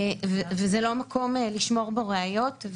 וזה לא מקום לשמור בו ראיות.